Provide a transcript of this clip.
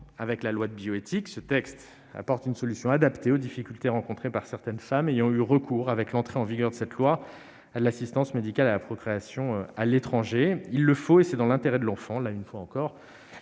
à la bioéthique, le texte apporte une solution adaptée aux difficultés rencontrées par certaines femmes ayant eu recours, avec l'entrée en vigueur de cette loi, à l'assistance médicale à la procréation (AMP) à l'étranger. Il le faut : c'est dans l'intérêt de l'enfant. Mesdames,